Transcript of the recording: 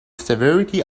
severity